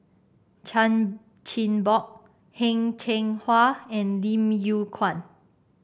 Chan Chin Bock Heng Cheng Hwa and Lim Yew Kuan